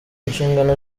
inshingano